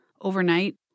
overnight